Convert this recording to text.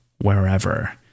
wherever